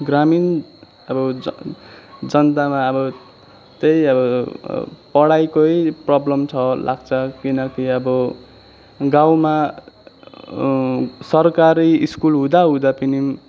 ग्रामीण अब ज जनतामा अब त्यही अब पढाइकै प्रब्लम छ लाग्छ किनकि अब गाउँमा सरकारी स्कुल हुँदा हुँदा पनि